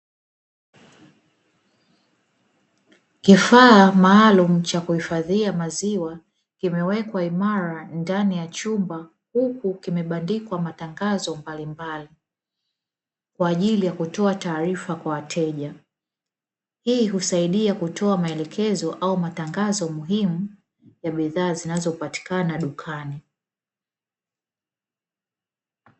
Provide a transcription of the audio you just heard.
Kifaa maalumu cha kuhifadhia maziwa kimewekwa imara ndani ya chumba, huku kimebandikwa matangazo mbalimbali, kwa ajili ya kutoa taarifa kwa wateja. Hii husaidia kutoa maelekezo au matangazo muhimu ya bidhaa zinazopatikana dukani.